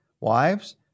Wives